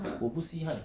我不稀罕